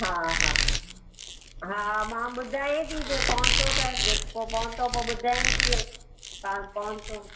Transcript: हा हा हा मां ॿुधायां थी जे पहुतो त जेको पहुतो पोइ ॿुधायां थी तव्हां पहुतो